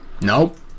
Nope